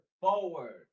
forward